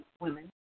women